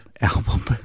album